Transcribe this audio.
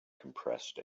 compressed